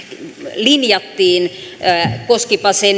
linjattiin koskipa se